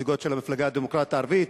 נציגות של המפלגה הדמוקרטית הערבית,